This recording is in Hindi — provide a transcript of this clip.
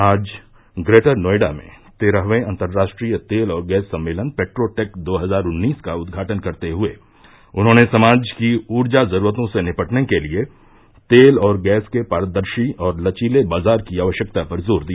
आज ग्रेटर नोएडा में तेरहवें अंतर्राष्ट्रीय तेल और गैस सम्मेलन पेट्रो टेक दो हजार उन्नीस का उदघाटन करते हुए उन्होंने समाज की ऊर्जा जरूरतों से निपटने के लिए तेल और गैस के पारदर्शी और लचीले बाजार की आवश्यकता पर जोर दिया